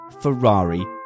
Ferrari